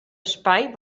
espai